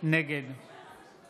נגד